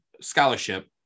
scholarship